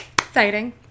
exciting